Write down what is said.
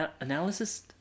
Analysis